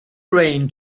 rain